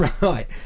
Right